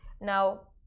now